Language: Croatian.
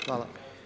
Hvala.